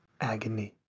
agony